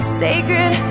sacred